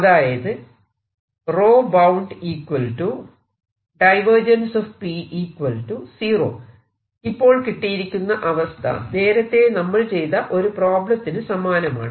അതായത് ഇപ്പോൾ കിട്ടിയിരിക്കുന്ന അവസ്ഥ നേരത്തെ നമ്മൾ ചെയ്ത ഒരു പ്രോബ്ളത്തിനു സമാനമാണ്